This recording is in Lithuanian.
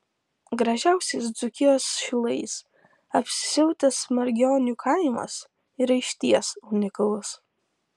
gražiausiais dzūkijos šilais apsisiautęs margionių kaimas yra išties unikalus